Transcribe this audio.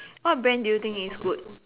what brand do you think is good